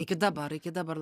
iki dabar iki dabar